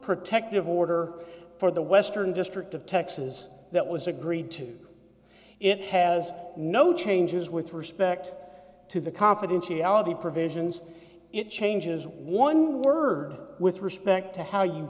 protective order for the western district of texas that was agreed to it has no changes with respect to the confidentiality provisions it changes one word with respect to how you